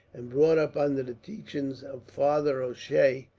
and brought up under the teaching of father o'shea,